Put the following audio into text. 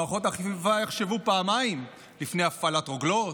מערכות האכיפה יחשבו פעמיים לפני הפעלת רוגלות,